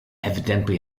evidently